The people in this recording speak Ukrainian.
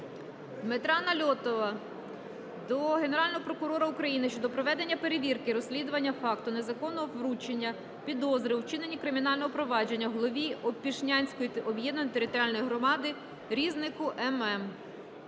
Дмитра Нальотова до Генерального прокурора України щодо проведення перевірки розслідування факту незаконного вручення підозри у вчиненні кримінального правопорушення Голові Опішнянської